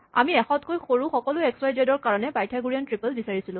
আমি ১০০ তকৈ সৰু সকলো এক্স ৱাই জেড ৰ কাৰণে পাইথাগোৰীয়ান ত্ৰিপল বিচাৰিছিলোঁ